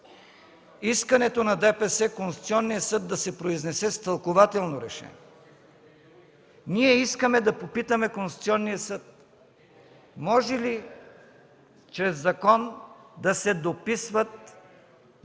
искането на ДПС Конституционният съд да се произнесе с тълкувателно решение. Ние искаме да попитаме Конституционния съд: може ли чрез закон да се дописват